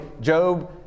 Job